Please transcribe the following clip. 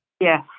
Yes